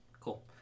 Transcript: Cool